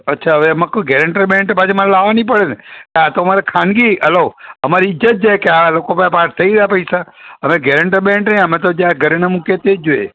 અચ્છા હવે એમાં કોઈ ગેરેન્ટર બેરેન્ટર પાછા અમારે લાવવા નહીં પડેને આતો અમારે ખાનગી હલો અમારી ઇજ્જત જાય કે આ લોકો પાસે પાસે થઈ ગયાં પૈસા હવે ગેરેન્ટર બેરેન્ટર નહીં આમા તો જે આ ઘરેણાં મૂકીએ તેજ જોઈએ